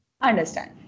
understand